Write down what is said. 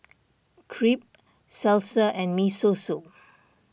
Crepe Salsa and Miso Soup